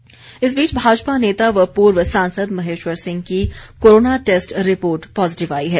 महेश्वर सिंह इस बीच भाजपा नेता व पूर्व सांसद महेश्वर सिंह की कोरोना टैस्ट रिपोर्ट पॉजीटिव आई है